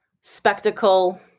spectacle